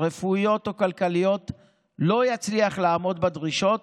רפואיות או כלכליות לא יצליח לעמוד בדרישות